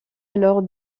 alors